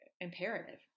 imperative